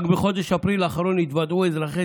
רק בחודש אפריל האחרון התוודעו אזרחי